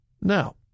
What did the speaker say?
Now